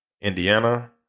Indiana